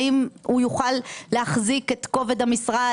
האם הוא יוכל להחזיק את כובד המשרה,